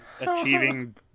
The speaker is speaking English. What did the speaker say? achieving